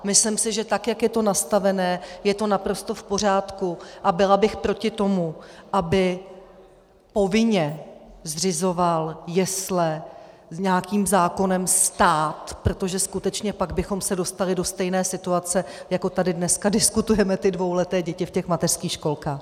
Myslím si, že tak jak je to nastavené, je to naprosto v pořádku, a byla bych proti tomu, aby povinně zřizoval jesle nějakým zákonem stát, protože pak bychom se skutečně dostali do stejné situace, jako tady dneska diskutujeme ty dvouleté děti v mateřských školkách.